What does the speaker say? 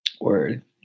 word